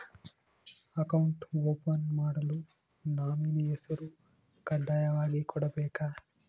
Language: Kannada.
ಅಕೌಂಟ್ ಓಪನ್ ಮಾಡಲು ನಾಮಿನಿ ಹೆಸರು ಕಡ್ಡಾಯವಾಗಿ ಕೊಡಬೇಕಾ?